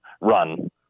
run